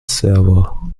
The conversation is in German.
server